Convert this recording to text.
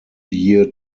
year